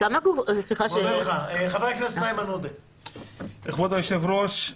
כבוד היושב-ראש,